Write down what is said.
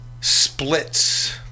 splits